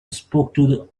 spoke